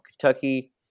Kentucky